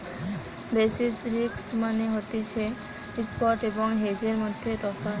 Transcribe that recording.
basis risk মানে হতিছে spot এবং হেজের মধ্যে তফাৎ